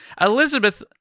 Elizabeth